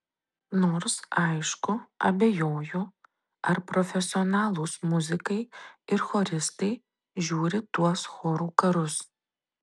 nors aišku abejoju ar profesionalūs muzikai ir choristai žiūri tuos chorų karus